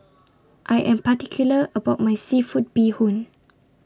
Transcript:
I Am particular about My Seafood Bee Hoon